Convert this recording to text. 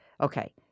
Okay